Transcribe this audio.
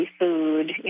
food